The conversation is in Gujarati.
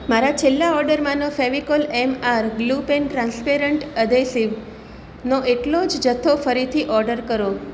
મારા છેલ્લા ઓર્ડરમાંનો Fevicol M R glue pen transparent adhesive નો એટલો જ જથ્થો ફરીથી ઓડર કરો